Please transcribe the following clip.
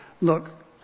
look